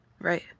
Right